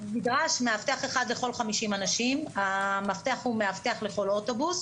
אבטחה של משרד החינוך כמו שנדרשת אבטחה ברובע